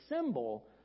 symbol